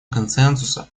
консенсуса